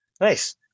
Nice